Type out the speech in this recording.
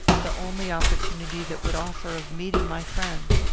the only opportunity that would offer of meeting my friend.